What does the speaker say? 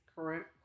Correct